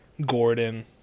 Gordon